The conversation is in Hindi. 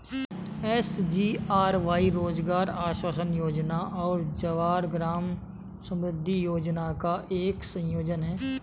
एस.जी.आर.वाई रोजगार आश्वासन योजना और जवाहर ग्राम समृद्धि योजना का एक संयोजन है